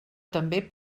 també